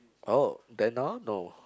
oh then now no